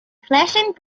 flashing